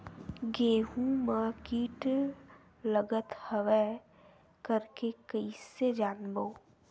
गेहूं म कीट लगत हवय करके कइसे जानबो?